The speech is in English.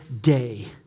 day